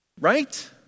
Right